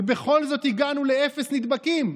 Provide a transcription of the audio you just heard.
ובכל זאת הגענו לאפס נדבקים.